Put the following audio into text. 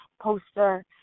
poster